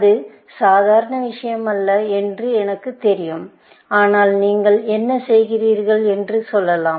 அது சாதாரண விஷயம் அல்ல என்று எனக்குத் தெரியும் ஆனால் நீங்கள் என்ன செய்கிறீர்கள் என்று சொல்லலாம்